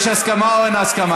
יש הסכמה או אין הסכמה?